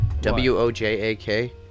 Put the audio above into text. W-O-J-A-K